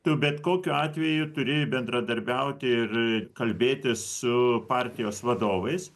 tu bet kokiu atveju turi bendradarbiauti ir kalbėtis su partijos vadovais